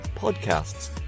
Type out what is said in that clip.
podcasts